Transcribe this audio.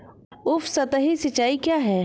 उपसतही सिंचाई क्या है?